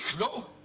no.